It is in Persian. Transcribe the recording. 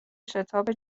شتاب